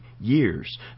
years